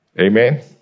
Amen